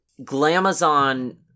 Glamazon